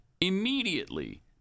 immediately